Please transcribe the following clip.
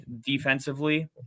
defensively